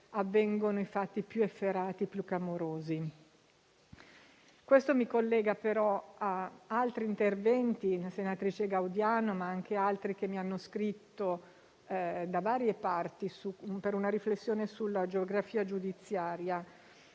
avvengono i fatti più efferati e clamorosi. Questo mi collega, però, ad altri interventi, della senatrice Gaudiano ma anche di altri, che mi hanno scritto da varie parti, ai fini di una riflessione sulla geografia giudiziaria.